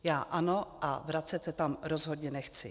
Já ano a vracet se tam rozhodně nechci.